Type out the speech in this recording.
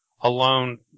alone